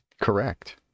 Correct